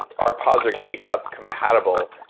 our pods are k-cup compatible.